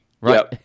right